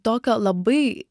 tokio labai